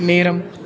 நேரம்